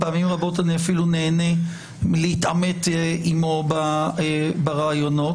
פעמים רבות אני נהנה להתעמת איתו בראיונות.